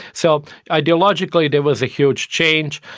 so ideologically there was a huge change,